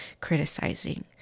criticizing